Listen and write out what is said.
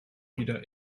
wieder